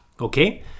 okay